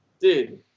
Dude